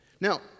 Now